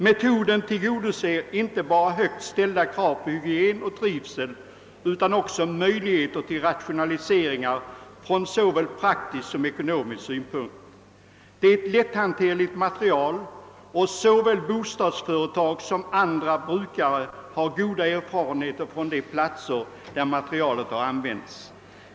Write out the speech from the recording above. Metoden inte bara tillgodoser högt ställda krav på hygien och trivsel utan ger också möjligheter till rationaliseringar från såväl praktisk som ekonomisk syn: punkt. Materialet är lätthanterligt, och såväl bostadsföretag som andra brukare har goda erfarenheter från de platser där det har använts.